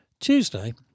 Tuesday